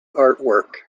artwork